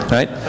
Right